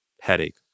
headache